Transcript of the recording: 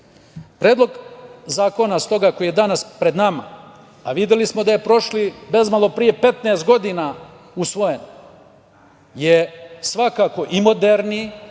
te. Predlog zakona koji je danas pred nama, a videli smo da je prošli bezmalo pre 15 godina usvojen, je svakako i moderniji